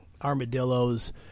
armadillo's